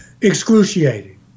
Excruciating